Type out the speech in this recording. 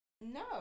No